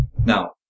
Now